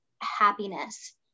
happiness